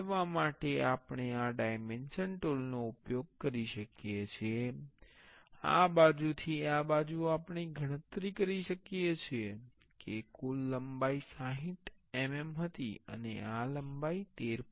ખસેડવા માટે આપણે આ ડાયમેન્શન ટૂલનો ઉપયોગ કરી શકીએ છીએ આ બાજુથી આ બાજુ આપણે ગણતરી કરી શકીએ છીએ કે કુલ લંબાઈ 60 mm હતી અને આ લંબાઈ 13